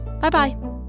Bye-bye